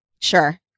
Sure